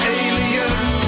aliens